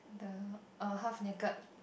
the (err)half naked